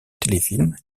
téléfilms